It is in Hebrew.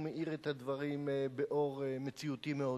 הוא מאיר את הדברים באור מציאותי מאוד.